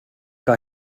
que